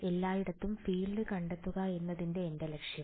എല്ലായിടത്തും ഫീൽഡ് കണ്ടെത്തുക എന്നതായിരുന്നു എന്റെ ലക്ഷ്യം